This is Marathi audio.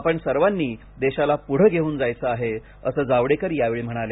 आपण सर्वांनी देशाला पुढे घेऊन जायचे आहे असे जावडेकर यावेळी म्हणाले